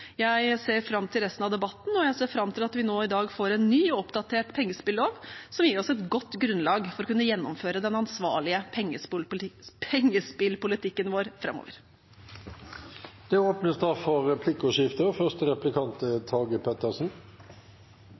Jeg ser fram til resten av debatten, og jeg ser fram til at vi nå i dag får en ny og oppdatert pengespillov, som gir oss et godt grunnlag for å kunne gjennomføre den ansvarlige pengespillpolitikken vår framover. Det blir replikkordskifte. Jeg har bare behov for